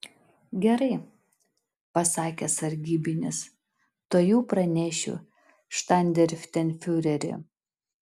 gerai pasakė sargybinis tuojau pranešiu štandartenfiureri